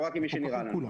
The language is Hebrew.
או רק עם מי שנראה לנו.